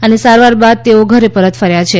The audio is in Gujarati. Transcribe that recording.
અને સારવાર બાદ તેઓ ઘરે પરત ફર્યા છે